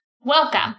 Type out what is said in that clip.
welcome